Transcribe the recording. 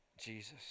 Jesus